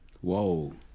Whoa